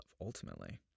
ultimately